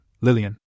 Lillian